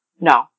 No